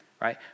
right